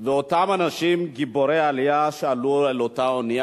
ואותם אנשים גיבורי העלייה שעלו על אותה אונייה,